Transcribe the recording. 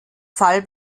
fall